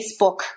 Facebook